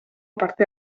parte